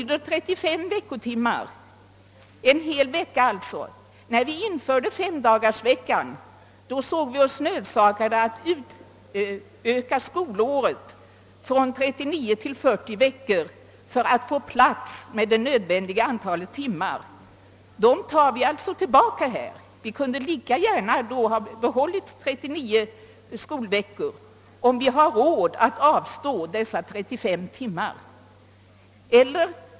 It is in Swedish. De skall alltså När vi införde femdagarsveckan såg vi oss nödsakade att utöka skolåret från 39 till 40 veckor för att få utrymme för det nödvändiga antalet timmar. Det skulle vi alltså ta tillbaka. Vi kunde lika gärna ha behållit bestämmelsen om 39 skolveckor, om vi har råd att avstå från dessa 35 timmar.